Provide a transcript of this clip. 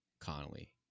Connolly